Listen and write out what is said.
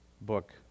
book